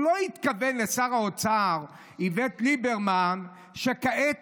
הוא לא התכוון לשר האוצר איווט ליברמן, שכעת